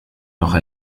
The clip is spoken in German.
noch